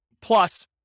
plus